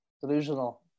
delusional